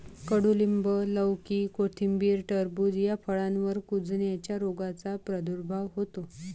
कडूलिंब, लौकी, कोथिंबीर, टरबूज या फळांवर कुजण्याच्या रोगाचा प्रादुर्भाव होतो